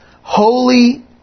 holy